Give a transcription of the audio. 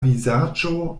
vizaĝo